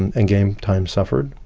and and game time suffered,